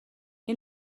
این